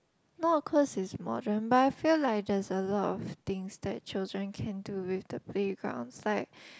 now of course is modern but I feel like there's a lot of things that children can do with the playgrounds like